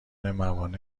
موانع